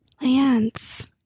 Lance